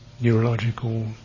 neurological